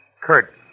Kurt